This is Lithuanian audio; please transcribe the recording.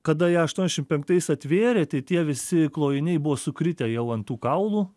kada ją aštuonešim penktais atvėrė tai tie visi klojiniai buvo sukritę jau ant tų kaulų